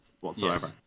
whatsoever